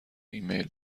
ایمیل